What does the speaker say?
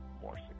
more